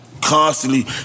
Constantly